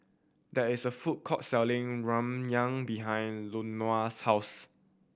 there is a food court selling Ramyeon behind Louanna's house